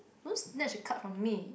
don't snatch the card from me